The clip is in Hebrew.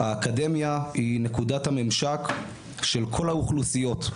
האקדמיה היא נקודת הממשק של כל האוכלוסיות.